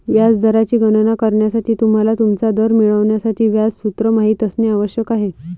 व्याज दराची गणना करण्यासाठी, तुम्हाला तुमचा दर मिळवण्यासाठी व्याज सूत्र माहित असणे आवश्यक आहे